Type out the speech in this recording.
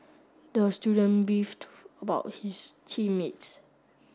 the student beefed about his team mates